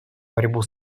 борьбу